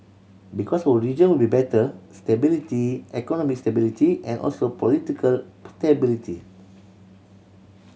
because our region will better stability economic stability and also political stability